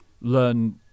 learn